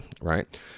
right